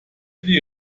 die